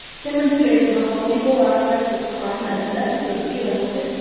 demonstrating how the legal aspects of crime, and the methods of dealing with it,